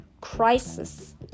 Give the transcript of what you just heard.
crisis